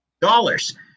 dollars